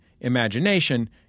imagination